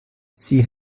sie